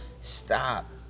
stop